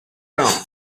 round